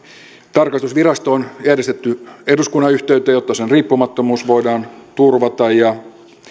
tarkastusvirasto on järjestetty eduskunnan yhteyteen jotta sen riippumattomuus voidaan turvata ja